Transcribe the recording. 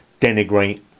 denigrate